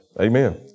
Amen